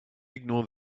ignore